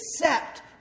accept